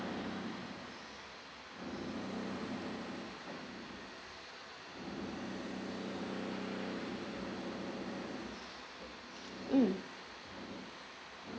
mm